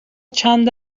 چند